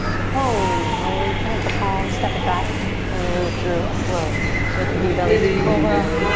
holy moly, plant the palm, step it back and move through a flow so it can be belly to cobra.